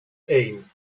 één